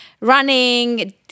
running